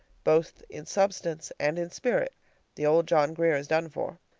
both in substance and in spirit the old john grier is done for.